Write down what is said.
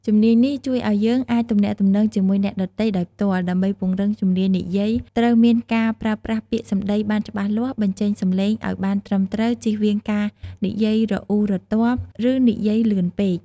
ជំនាញនេះជួយឱ្យយើងអាចទំនាក់ទំនងជាមួយអ្នកដទៃដោយផ្ទាល់ ដើម្បីពង្រឹងជំនាញនិយាយ ត្រូវមានការប្រើប្រាស់ពាក្យសម្ដីបានច្បាស់លាស់ បញ្ចេញសំឡេងឱ្យបានត្រឹមត្រូវ ជៀសវាងការនិយាយរអ៊ូរទាំ ឬនិយាយលឿនពេក។